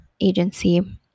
agency